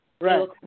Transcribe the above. Right